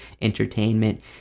entertainment